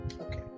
Okay